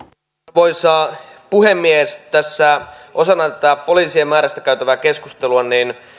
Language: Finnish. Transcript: arvoisa puhemies tässä osana tätä poliisien määrästä käytävää keskustelua